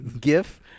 gif